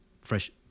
Fresh